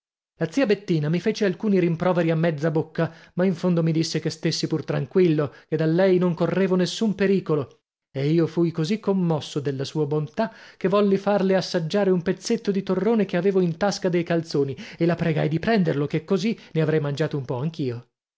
la zia bettina mi fece alcuni rimproveri a mezza bocca ma in fondo mi disse che stessi pur tranquillo che da lei non correvo nessun pericolo e io fui così commosso dalla sua bontà che volli farle assaggiare un pezzetto di torrone che avevo in tasca dei calzoni e la pregai di prenderlo ché così ne avrei mangiato un po anch'io